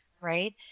Right